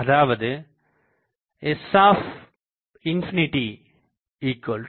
அதாவது s∞0 ஆகும்